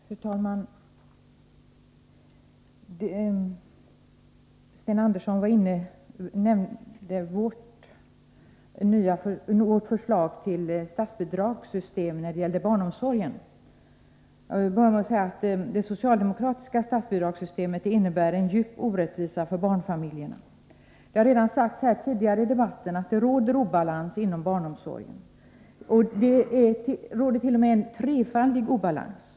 Fru talman! Sten Andersson berörde vårt förslag till statsbidragssystem för barnomsorgen. Jag vill börja med att säga att det socialdemokratiska statsbidragssystemet innebär en djup orättvisa för barnfamiljerna. Det har tidigare i debatten sagts att det råder obalans inom barnomsorgen. Det råder t.o.m. en trefaldig obalans.